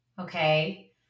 okay